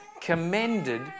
commended